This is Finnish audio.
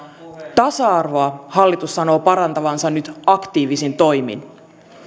tasa arvoa hallitus sanoo parantavansa nyt aktiivisin toimin